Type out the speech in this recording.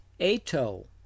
ato